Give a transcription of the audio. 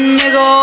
nigga